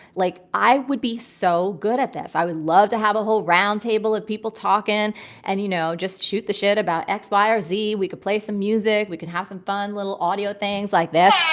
like i would be so good at this. i would love to have a whole round table of people talking and you know, just shoot the shit about x, y or z. we could play some music, we can have some fun little audio things like that.